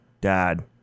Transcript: Dad